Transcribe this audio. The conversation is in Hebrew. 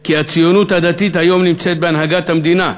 כי הציונות הדתית היום נמצאת בהנהגת המדינה,